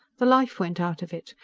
the life went out of it.